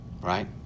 Right